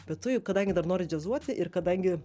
be tu jau kadangi dar nori džiazuoti ir kadangi